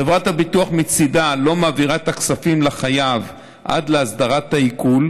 חברת הביטוח מצידה לא מעבירה את הכספים לחייב עד להסדרת העיקול,